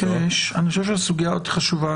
אני חושב שזו סוגיה חשובה.